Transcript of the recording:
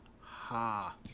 ha